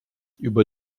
über